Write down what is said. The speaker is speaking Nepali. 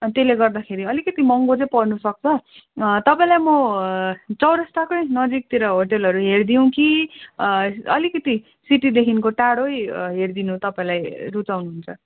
अनि त्यसले गर्दाखेरि अलिकति महँगो चाहिँ पर्नुसक्छ तपाईँलाई म चौरास्ताकै नजिकतिर होटलहरू हेरिदिउँ कि अलिकति सिटीदेखिको टाढै हेरिदिनु तपाईँलाई रुचाउनुहुन्छ